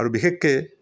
আৰু বিশেষকৈ